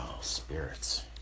spirits